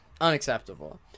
unacceptable